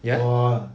ya lor